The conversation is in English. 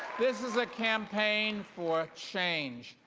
this is a campaign for change.